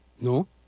No